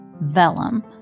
Vellum